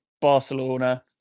Barcelona